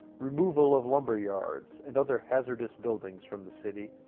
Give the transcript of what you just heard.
removal of lumberyards and other hazardous buildings from the city,